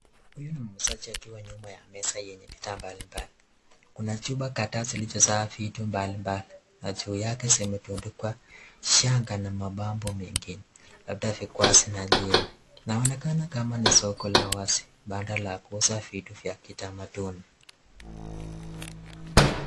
Huyu ni muuzaji akiwa nyuma ya meza yenye bidhaa mbalimbali. Kuna chupa kadhaa zilizo jaa, vitu mbalimbali na juu yake zimetundikwa shanga na mabango mengine labda vikuasi na jina. Inaonekana kama ni soko la wazi, banda la kuuza vitu vya kitamaduni.